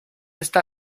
está